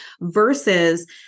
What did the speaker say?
versus